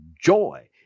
joy